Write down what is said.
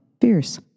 fierce